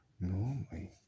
normally